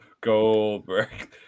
Goldberg